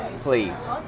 please